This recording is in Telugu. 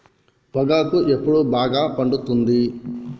పొగాకు ఎప్పుడు బాగా పండుతుంది?